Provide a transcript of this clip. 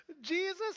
Jesus